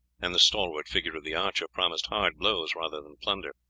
and the stalwart figure of the archer promised hard blows rather than plunder.